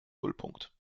nullpunkt